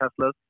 Teslas